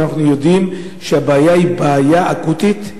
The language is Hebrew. אנחנו יודעים שהבעיה היא בעיה אקוטית,